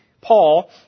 Paul